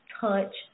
touch